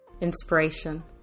Inspiration